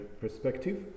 perspective